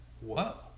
whoa